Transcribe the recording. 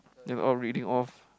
then we all reading off